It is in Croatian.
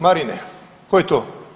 Marine, tko je to?